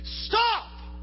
stop